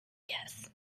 guess